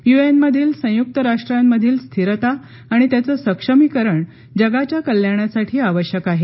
युएनमधील संयुक्त राष्ट्रांमधील स्थिरता आणि त्याचे सक्षमीकरण जगाच्या कल्याणासाठी आवश्यक आहे